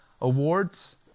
awards